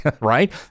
right